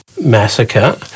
massacre